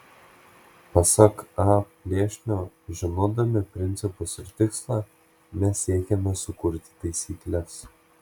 pasak a plėšnio žinodami principus ir tikslą mes siekiame sukurti taisykles